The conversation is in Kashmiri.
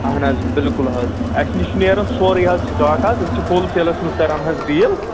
اہَن حظ بِلکُل حظ اَسہِ نِش چھِ نیران سورُے حظ سِٹاک حظ أسۍ چھِ ہول سیلَس منٛز کَران حظ ڈیٖل